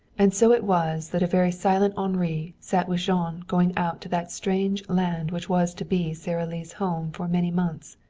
and so it was that a very silent henri sat with jean going out to that strange land which was to be sara lee's home for many months.